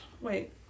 Wait